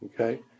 okay